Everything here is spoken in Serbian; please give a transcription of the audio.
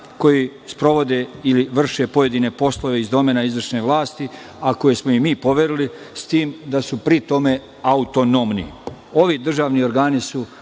koji sprovode ili vrše pojedine poslove iz domena izvršne vlasti, a koje smo im mi poverili, s tim da su pri tome autonomni. Ovi državni organi su